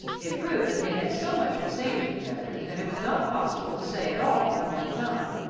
it proved that they had so much to say to each other that it was not possible to say it all at one time,